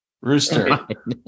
Rooster